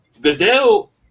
Goodell